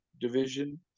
division